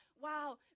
Wow